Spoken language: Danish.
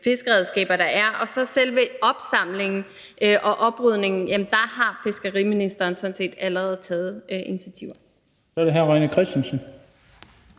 fiskeredskaber, der er. Og i forhold til selve opsamlingen og oprydningen har fiskeriministeren sådan set allerede taget initiativer.